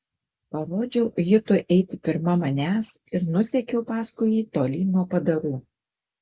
parodžiau hitui eiti pirma manęs ir nusekiau paskui jį tolyn nuo padarų